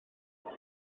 wyt